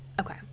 Okay